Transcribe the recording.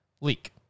leak